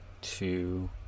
two